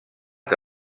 que